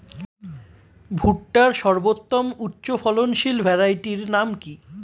ভুট্টার সর্বোত্তম উচ্চফলনশীল ভ্যারাইটির নাম কি?